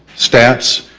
stats,